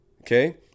Okay